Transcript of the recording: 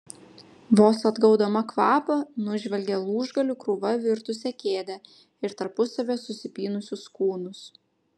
vos atgaudama kvapą nužvelgė lūžgalių krūva virtusią kėdę ir tarpusavyje susipynusius kūnus